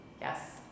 yes